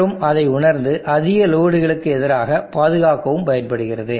மற்றும் அதை உணர்ந்து அதிக லோடுகளுக்கு எதிராக பாதுகாக்கவும் பயன்படுகிறது